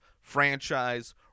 franchise